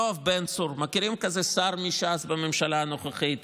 יואב בן צור, מכירים כזה שר מש"ס בממשלה הנוכחית?